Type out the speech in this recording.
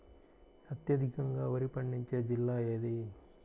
అత్యధికంగా వరి పండించే జిల్లా ఏది?